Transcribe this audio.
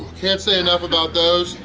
can't say enough about those!